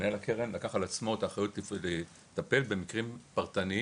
מנהל הקרן לקח על עצמו את האחריות לטפל במקרים פרטניים